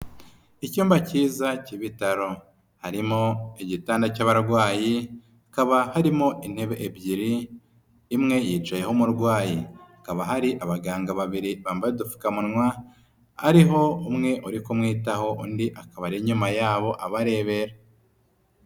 Icyumba cyiza cy'ibitaro. Harimo igitanda cy'abarwayi hakaba harimo intebe ebyiri, imwe yicayeho umurwayi. Hakaba hari abaganga babiri bambaye udupfukamunwa, hariho umwe uri kumwitaho, undi akaba ari nyuma yabo abarebera.